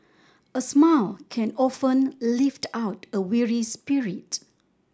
a smile can often lift out a weary spirit